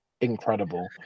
incredible